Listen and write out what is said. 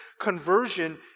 conversion